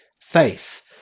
Faith